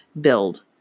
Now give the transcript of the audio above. build